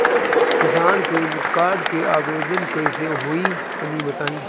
किसान credit card के आवेदन कईसे होई तनि बताई?